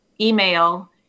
email